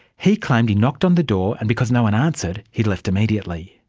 he claimed he'd knocked on the door and because no-one answered, he'd left immediately.